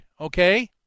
Okay